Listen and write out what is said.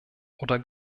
oder